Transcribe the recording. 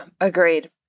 agreed